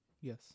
yes